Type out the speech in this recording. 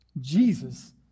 Jesus